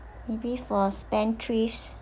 maybe for spendthrifts